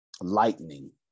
lightning